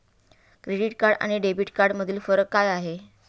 Credit card आणि debit कार्डमधील फरक काय आहे?